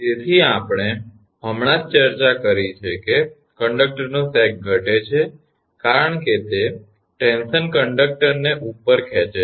તેથી આપણે હમણાં જ ચર્ચા કરી છે કે કંડક્ટરનો સેગ ઘટે છે કારણ કે તે ટેન્શન કંડક્ટરને ને ઉપર ખેંચે છે